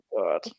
God